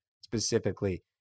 specifically